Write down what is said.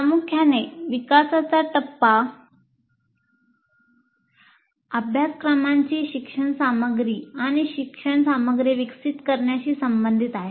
प्रामुख्याने विकासाचा टप्पा अभ्यासक्रमाची शिक्षण सामग्री आणि शिक्षण सामग्री विकसित करण्याशी संबंधित आहे